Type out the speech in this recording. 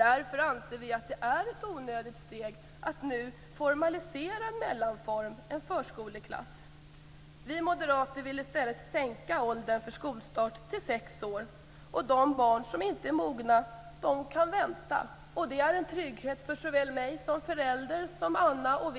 Därför anser vi att det är ett onödigt steg att nu formalisera en mellanform, en förskoleklass. Vi moderater vill i stället sänka åldern för skolstart till sex år. De barn som inte är mogna kan vänta. Det är en trygghet såväl för mig som förälder som för Anna och